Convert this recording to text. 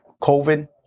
COVID